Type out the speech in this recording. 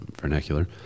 vernacular